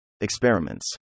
Experiments